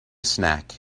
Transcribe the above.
snack